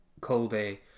Colby